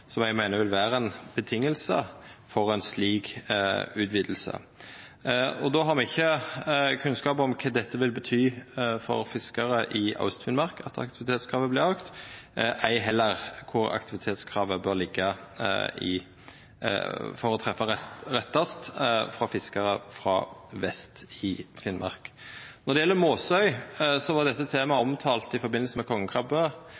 som me meiner vil vera eit vilkår for ei slik utviding. Då har me ikkje kunnskap om kva det vil bety for fiskarar i Aust-Finnmark at aktivitetskravet vert auka, ei heller kvar aktivitetskravet bør liggja for å treffa rettast for fiskarar frå vest i Finnmark. Når det gjeld Måsøy, var dette